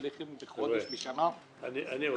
50 עכשיו יש כל מיני תיקונים והסכמות שאני מבינה